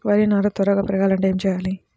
వరి నారు త్వరగా పెరగాలంటే ఏమి చెయ్యాలి?